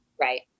Right